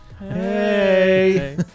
Hey